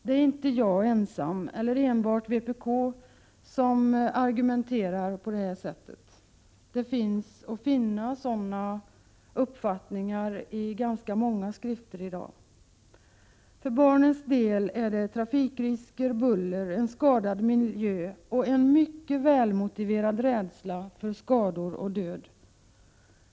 Det är inte bara jag eller vpk som argumenterar på detta sätt. Det återfinns sådana här uppfattningar på ganska många håll i dag. För barnens del rör det sig om trafikrisker, buller, skadad miljö och en mycket välmotiverad rädsla för skador och död.